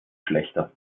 schlechter